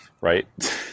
right